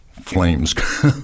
flames